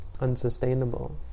unsustainable